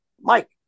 Mike